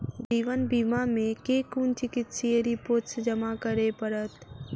जीवन बीमा मे केँ कुन चिकित्सीय रिपोर्टस जमा करै पड़त?